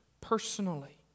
personally